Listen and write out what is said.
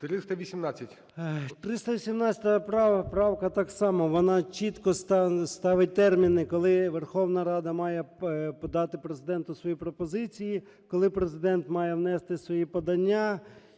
318 правка – так само, вона чітко ставить терміни, коли Верховна Рада має подати Президенту свої пропозиції, коли Президент має внести свої подання